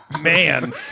Man